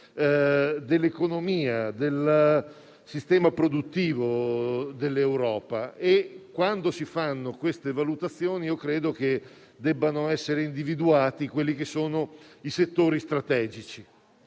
dell'economia, del sistema produttivo dell'Europa e quando si fanno queste valutazioni, credo che debbano essere individuati i settori strategici.